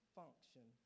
function